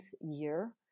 year